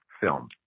film